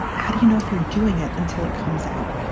how do you know if you're doing it until it comes out?